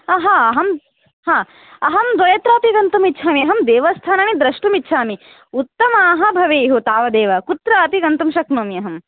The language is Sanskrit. अहम् अहं द्वयत्रापि गन्तुम् इच्छामि अहं देवस्थानानि द्रष्टुम् इच्छामि उत्तमाः भवेयुः तावदेव कुत्रापि अहं गन्तुम् शक्नुमि अहं